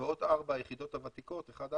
ועוד ארבע היחידות הוותיקות, 4-1,